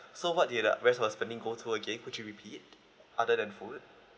so what did the rest of the spending go to again could you repeat other than food